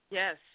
yes